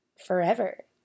forever